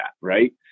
Right